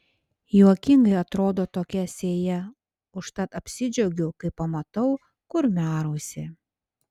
juokingai atrodo tokia sėja užtat apsidžiaugiu kai pamatau kurmiarausį